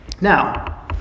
Now